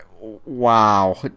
wow